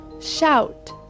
Shout